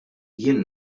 jien